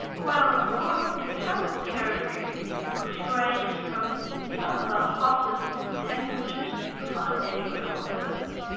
well, of course, it covered territory which ranged from some of the hottest temperatures that you could find anywhere on earth.